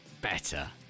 better